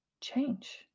change